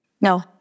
No